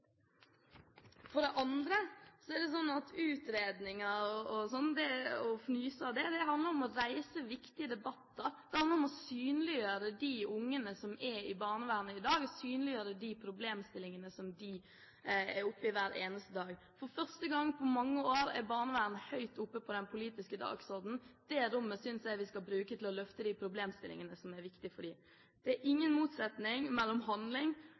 det å fnyse av utredninger og sånn: Dette handler om å reise viktige debatter, det handler om å synliggjøre de ungene som er i barnevernet i dag, synliggjøre de problemstillingene som de er oppe i, hver eneste dag. For første gang på mange år er barnevernet høyt oppe på den politiske dagsordenen. Det rommet synes jeg vi skal bruke til å løfte de problemstillingene som er viktige for dem. Det er ingen motsetning mellom handling